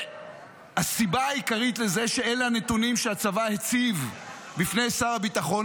הסיבה העיקרית שאלה הנתונים שהצבא הציב בפני שר הביטחון,